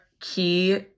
key